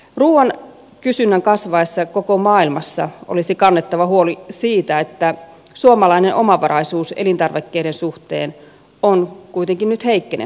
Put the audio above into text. ruuan kysynnän kasvaessa koko maailmassa olisi kannettava huolta siitä että suomalainen omavaraisuus elintarvikkeiden suhteen on kuitenkin nyt heikkenemässä